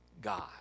God